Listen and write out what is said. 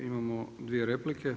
Imamo dvije replike.